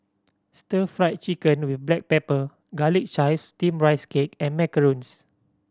Stir Fried Chicken with black pepper Garlic Chives Steamed Rice Cake and macarons